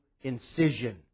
incision